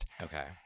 Okay